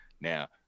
now